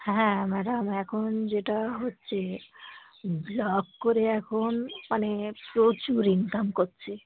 হ্যাঁ ম্যাডাম এখন যেটা হচ্ছে ব্লগ করে এখন মানে প্রচুর ইনকাম করছে